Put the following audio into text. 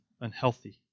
unhealthy